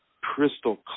crystal